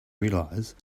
realize